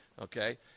Okay